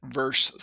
verse